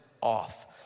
off